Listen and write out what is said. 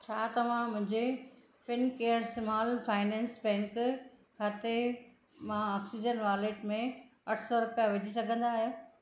छा तव्हां मुंजे फिनकेयर स्माल फाइनेंस बैंक खाते मां ऑक्सीजन वॉलेट में अठ सौ रुपिया विझी सघंदा आहियो